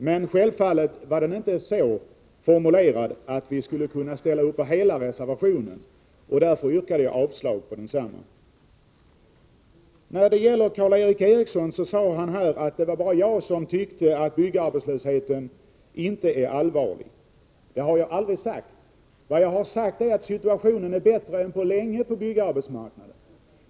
Men självfallet var den inte så formulerad att vi skulle kunna ställa upp på hela reservationen, och därför yrkade jag avslag på densamma. Karl Erik Eriksson sade att det bara var jag som tyckte att byggarbetslösheten inte är allvarlig. Det har jag aldrig sagt. Vad jag har sagt är att situationen är bättre än på länge på byggarbetsmarknaden.